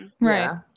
right